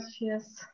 Yes